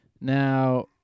Now